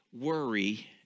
Worry